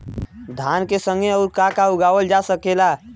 धान के संगे आऊर का का उगावल जा सकेला?